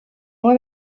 moi